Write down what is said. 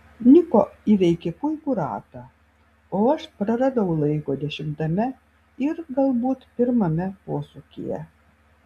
niko įveikė puikų ratą o aš praradau laiko dešimtame ir galbūt pirmame posūkyje